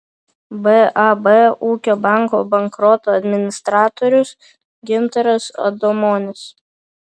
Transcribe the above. bab ūkio banko bankroto administratorius gintaras adomonis